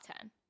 ten